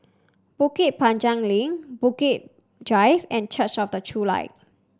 Bukit Panjang Link Bukit Drive and Church of the True Light